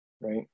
right